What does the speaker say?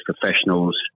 professionals